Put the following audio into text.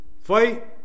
Fight